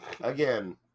again